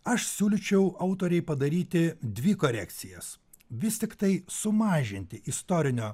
aš siūlyčiau autorei padaryti dvi korekcijas vis tiktai sumažinti istorinio